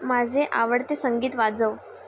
माझे आवडते संगीत वाजव